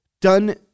done